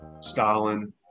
Stalin